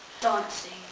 Dancing